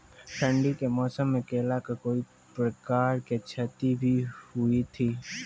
ठंडी के मौसम मे केला का कोई प्रकार के क्षति भी हुई थी?